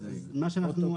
פרוטוקול?